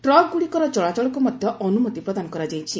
ଟ୍ରକ୍ଗୁଡ଼ିକର ଚଳାଚଳକୁ ମଧ୍ୟ ଅନୁମତି ପ୍ରଦାନ କରାଯାଇଛି